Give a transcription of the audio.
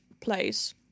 place